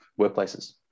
workplaces